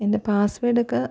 എൻ്റെ പാസ്സ്വേർഡൊക്കെ